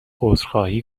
عذرخواهی